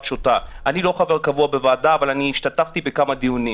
אני לא חבר קבוע בוועדה אבל השתתפתי בכמה דיונים.